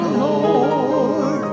lord